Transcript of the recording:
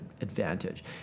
advantage